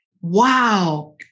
Wow